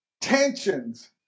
tensions